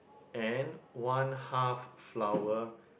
and one half flower